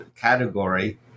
category